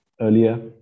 earlier